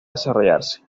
desarrollarse